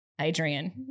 Adrian